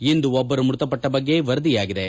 ಇಂದು ಒಬ್ಬರು ಮೃತಪಟ್ಟ ಬಗ್ಗೆ ವರದಿಯಾಗಿದೆ